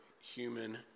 human